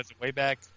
Wayback